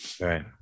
Right